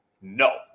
No